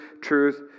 truth